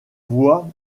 voix